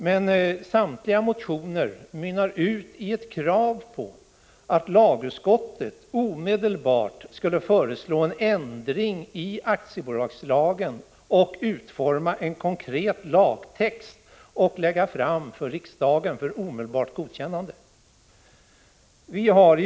Men samtliga motioner mynnar ut i ett krav på att lagutskottet omedelbart skall föreslå en ändring i aktiebolagslagen och utforma en konkret lagtext som skall läggas fram för riksdagen för omedelbart godkännande.